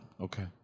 Okay